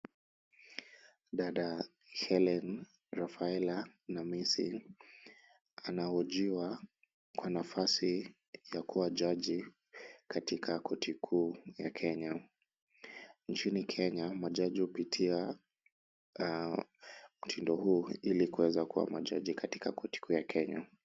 Dada Helene Rafaela Namisi, anahojiwa kwa nafasi ya kuwa jaji katika koti kuu ya Kenya. Nchini Kenya, majaji hupitia mtindo huu ili kuweza kuwa majaji katika koti kuu ya Kenya.